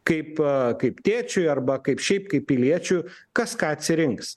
kaip kaip tėčiui arba kaip šiaip kaip piliečiui kas ką atsirinks